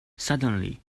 suddenly